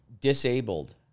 disabled